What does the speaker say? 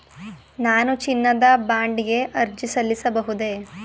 ನಾನು ಚಿನ್ನದ ಬಾಂಡ್ ಗೆ ಅರ್ಜಿ ಸಲ್ಲಿಸಬಹುದೇ?